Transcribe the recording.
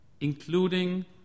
including